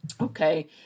Okay